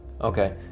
Okay